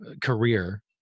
career